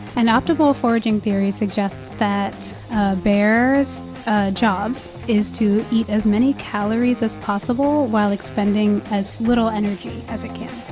and optimal foraging theory suggests that a bear's bear's ah job is to eat as many calories as possible while expending as little energy as it can